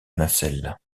nacelle